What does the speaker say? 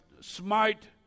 smite